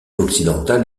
occidentale